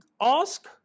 ask